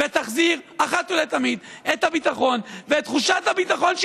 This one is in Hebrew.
ותחזיר אחת ולתמיד את הביטחון ואת תחושת הביטחון,